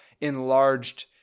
enlarged